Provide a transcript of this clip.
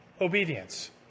Obedience